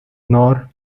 nor